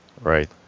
Right